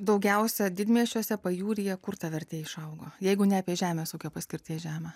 daugiausia didmiesčiuose pajūryje kur ta vertė išaugo jeigu ne apie žemės ūkio paskirties žemę